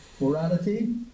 Morality